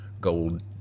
gold